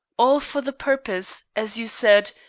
all for the purpose, as you said,